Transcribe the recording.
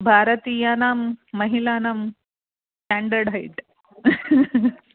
भारतीयानां महिलानां हटण्ड्रड् हैट्